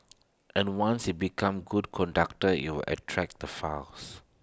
and once IT becomes A good conductor IT will attract the fires